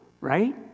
Right